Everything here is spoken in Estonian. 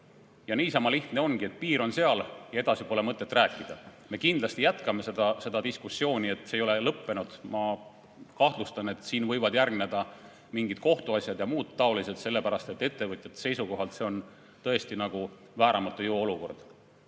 Niisama lihtne ongi, et piir on seal ja edasi pole mõtet rääkida. Me kindlasti jätkame seda diskussiooni, see ei ole lõppenud. Ma arvan, et siin võivad järgneda mingid kohtuasjad ja muud taolised vaidlused, sest ettevõtjate seisukohalt on see tõesti vääramatu jõu olukord.